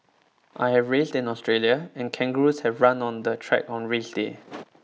I have raced in Australia and kangaroos have run on the track on race day